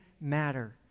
matter